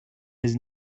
his